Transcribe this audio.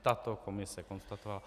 Tato komise konstatovala.